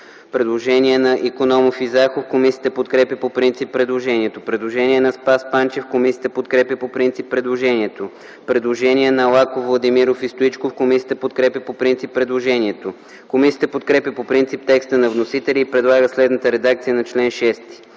Предложение на Христо Бисеров. Комисията подкрепя по принцип предложението. Предложение на Спас Панчев. Комисията подкрепя по принцип предложението. Предложение на Лаков, Владимиров и Стоичков. Предложението е оттеглено. Комисията подкрепя по принцип текста на вносителя и предлага следната редакция на чл.